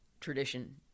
tradition